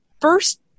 first